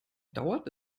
dauert